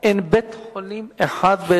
אין בית-חולים אחד.